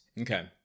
Okay